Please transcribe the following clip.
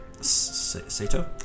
Sato